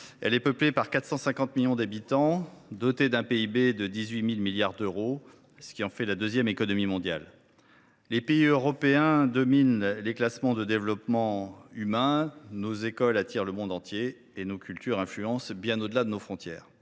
Elle est peuplée par 450 millions d’habitants et dotée d’un PIB de 18 000 milliards d’euros, ce qui en fait la deuxième économie mondiale. Les pays européens dominent les classements de développement humain, nos écoles attirent le monde entier et nos cultures influencent bien au delà de nos frontières.